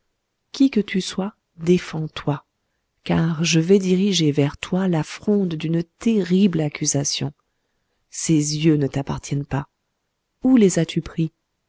qui que tu sois défends-toi car je vais diriger vers toi la fronde d'une terrible accusation ces yeux ne t'appartiennent pas où les as-tu pris